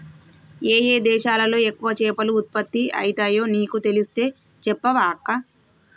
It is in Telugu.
ఏయే దేశాలలో ఎక్కువ చేపలు ఉత్పత్తి అయితాయో నీకు తెలిస్తే చెప్పవ అక్కా